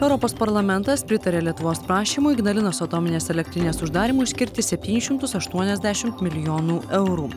europos parlamentas pritarė lietuvos prašymui ignalinos atominės elektrinės uždarymui skirti septynis šimtus aštuoniasdešimt milijonų eurų